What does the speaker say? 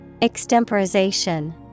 Extemporization